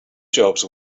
jobs